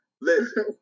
Listen